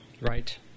Right